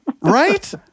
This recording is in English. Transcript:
Right